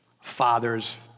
fathers